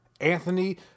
Anthony